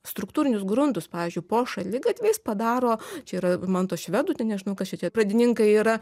struktūrinius gruntus pavyzdžiui po šaligatviais padaro čia yra man to švedų nežinau kas čia tie pradininkai yra